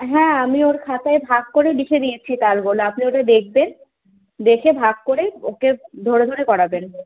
হ্যাঁ আমি ওর খাতায় ভাগ করে লিখে দিয়েছি তালগুলো আপনি ওটা দেখবেন দেখে ভাগ করে ওকে ধরে ধরে করাবেন